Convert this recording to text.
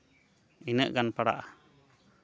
ᱤᱱᱟᱹᱜ ᱜᱟᱱ ᱯᱟᱲᱟᱜᱼᱟ